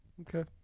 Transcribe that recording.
Okay